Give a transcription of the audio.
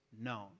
known